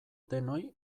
denoi